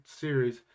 series